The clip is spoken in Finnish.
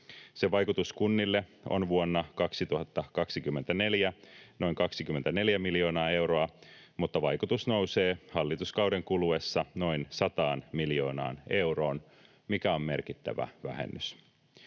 Sen vaikutus kunnille on vuonna 2024 noin 24 miljoonaa euroa, mutta vaikutus nousee hallituskauden kuluessa noin 100 miljoonaan euroon, mikä on merkittävä vähennys.